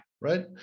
Right